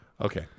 Okay